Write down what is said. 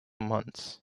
months